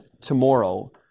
tomorrow